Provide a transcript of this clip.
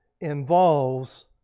involves